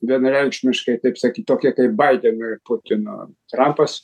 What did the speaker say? vienareikšmiškai taip sakyt tokie kaip baideno ir putino trampas